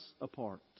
apart